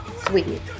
sweet